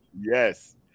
Yes